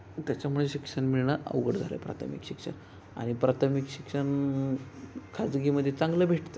त्याच्यामुळे शिक्षण मिळणं अवघड झालं आहे प्राथमिक शिक्षण आणि प्राथमिक शिक्षण खाजगीमध्ये चांगलं भेटतं